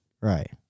Right